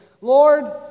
Lord